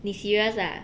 你 serious ah